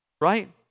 right